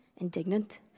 indignant